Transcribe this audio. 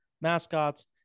mascots